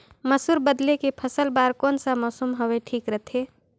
मसुर बदले के फसल बार कोन सा मौसम हवे ठीक रथे?